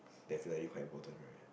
definitely quite important right